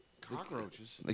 Cockroaches